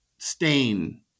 Stain